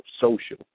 social